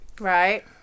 right